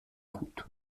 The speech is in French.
route